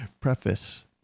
preface